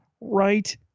right